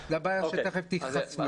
זו הבעיה שתיכף תחשפו אליה.